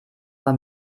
man